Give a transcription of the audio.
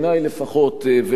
בעיני לפחות,